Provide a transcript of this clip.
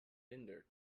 hinder